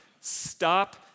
Stop